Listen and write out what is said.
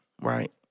right